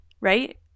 right